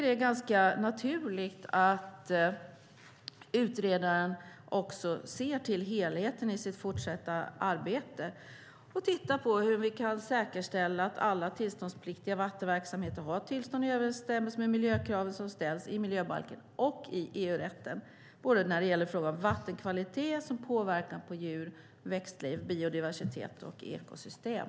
Det är naturligt att utredaren också ser till helheten i sitt fortsatta arbete och tittar på hur vi kan säkerställa att all tillståndspliktig vattenverksamhet har tillstånd i överensstämmelse med de miljökrav som ställs i miljöbalken och i EU-rätten vad gäller såväl vattenkvalitet som påverkan på djur, växtliv, biodiversitet och ekosystem.